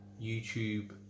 youtube